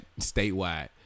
statewide